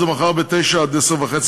זה מחר מ-09:00 עד 10:30,